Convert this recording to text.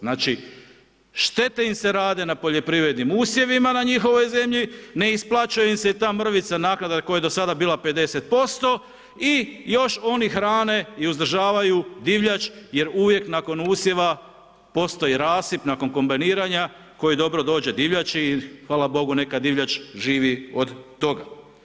Znači, štete im se rade na poljoprivrednim usjevima na njihovoj zemlji, ne isplaćuje im se ta mrvica, naknada koja je do sada bila 50% i još oni hrane i uzdržavaju divljač jer uvijek nakon usjeva postoji rasip nakon kombajniranja, koji dobro dođe divljači, i hvala Bogu neka divljač živi od toga.